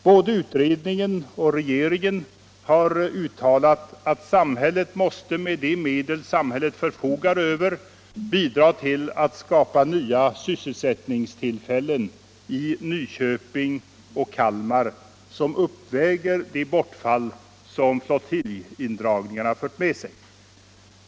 Både utredningen och regeringen har uttalat att samhället med de medel det förfogar över måste bidra till att skapa nya sysselsättningstillfällen i Nyköping och Kalmar som uppväger det bortfall som flottiljindragningarna för med sig.